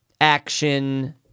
action